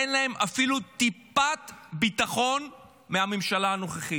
אין להם אפילו טיפת ביטחון מהממשלה הנוכחית.